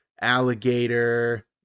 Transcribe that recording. alligator